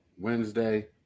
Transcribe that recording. Wednesday